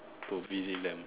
to visit them